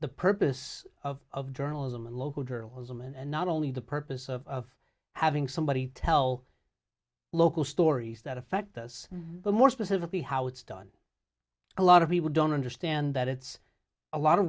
the purpose of journalism and local journalism and not only the purpose of having somebody tell local stories that affect us but more specifically how it's done a lot of people don't understand that it's a lot of